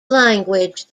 language